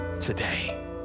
today